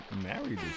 married